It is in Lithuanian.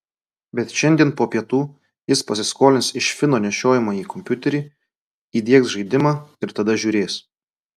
bet šiandien po pietų jis pasiskolins iš fino nešiojamąjį kompiuterį įdiegs žaidimą ir tada žiūrės